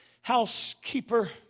housekeeper